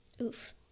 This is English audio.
Oof